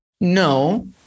No